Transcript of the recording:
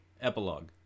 epilogue